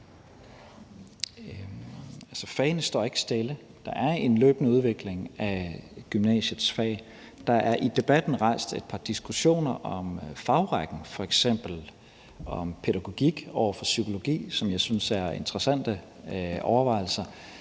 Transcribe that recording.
Fagene står ikke stille. Der er en løbende udvikling af gymnasiets fag. Der er i debatten rejst et par diskussioner om fagrækken, f.eks. om pædagogik over for psykologi, som jeg synes er interessante overvejelser.